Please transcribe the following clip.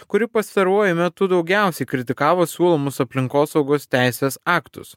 kuri pastaruoju metu daugiausiai kritikavo siūlomus aplinkosaugos teisės aktus